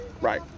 right